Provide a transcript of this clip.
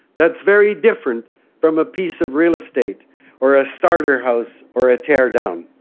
that's very different from a piece of real estate or a starter house or a tear-down.